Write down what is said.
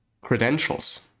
credentials